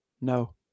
No